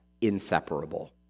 inseparable